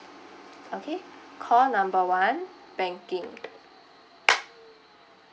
okay call number one banking